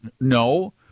No